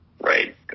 right